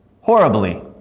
horribly